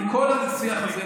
בכל הדו-שיח הזה,